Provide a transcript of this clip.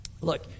look